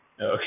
Okay